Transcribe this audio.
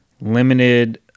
limited